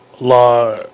Law